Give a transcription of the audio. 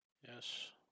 Yes